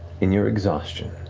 in your exhaustion,